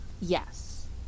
yes